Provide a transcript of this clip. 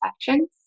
sections